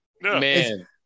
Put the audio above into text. Man